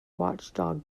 watchdog